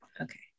Okay